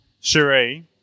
Cherie